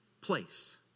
place